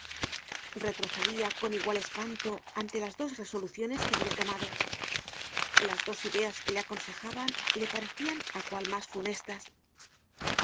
retrocedia con igual espanto ante las dos resoluciones que habia tomado lasdos ideas que le aconsejabanle parecian á cual mas funestas